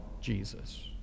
Jesus